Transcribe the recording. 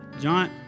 John